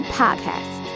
podcast